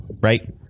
Right